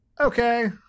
Okay